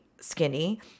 skinny